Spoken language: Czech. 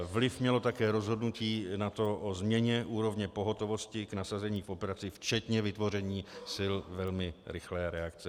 Vliv mělo také rozhodnutí NATO o změně úrovně pohotovosti k nasazení v operaci, včetně vytvoření sil velmi rychlé reakce.